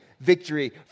victory